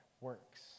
works